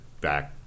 back